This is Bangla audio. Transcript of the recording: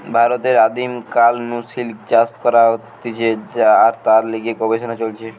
ভারতে আদিম কাল নু সিল্ক চাষ হতিছে আর তার লিগে গবেষণা চলিছে